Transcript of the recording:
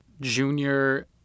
Junior